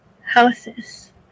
houses